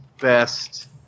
best